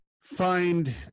find